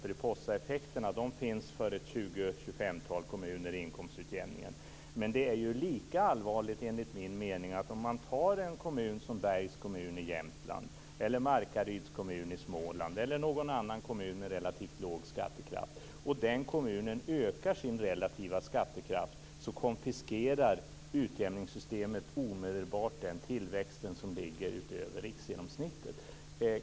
Det finns sådana i inkomstutjämningen för ca 20-25 kommuner, men det är enligt min mening lika allvarligt att om t.ex. en kommun som Bergs kommun i Jämtland, Markaryds kommun i Småland eller någon annan kommun med relativt låg skattekraft ökar sin relativa skattekraft, konfiskerar utjämningssystemet omedelbart den tillväxt som ligger över riksgenomsnittet.